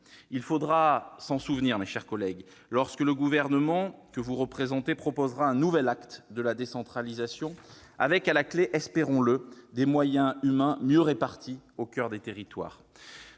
Il faudra s'en souvenir lorsque le gouvernement que vous représentez proposera un nouvel acte de la décentralisation avec à la clé, espérons-le, des moyens humains mieux répartis au coeur des territoires.